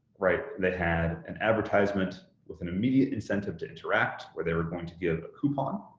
right, they had an advertisement with an immediate incentive to interact where they were going to give a coupon.